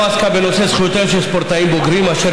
לא עסקה בנושא זכויותיהם של ספורטאים בוגרים אשר